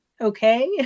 okay